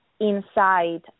inside